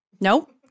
Nope